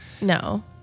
No